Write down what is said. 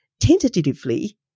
tentatively